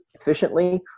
efficiently